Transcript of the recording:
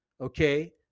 okay